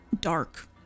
dark